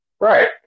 Right